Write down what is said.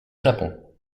japon